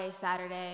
Saturday